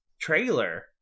trailer